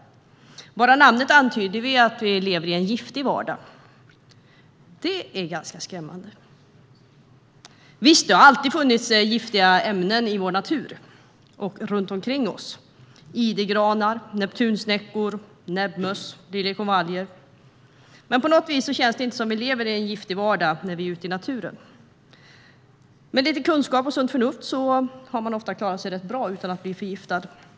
Namnet antyder att vi lever i en giftig vardag. Det är skrämmande. Visst har det alltid funnits giftiga ämnen i vår natur och runt omkring oss. Det är idegranar, neptunsnäckor, näbbmöss och liljekonvaljer. Men på något vis känns det inte som att vi lever i en giftig vardag när vi är ute i naturen. Med lite kunskap och sunt förnuft har man ofta klarat sig rätt bra utan att bli förgiftad.